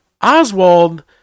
Oswald